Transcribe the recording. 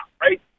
right